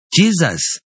Jesus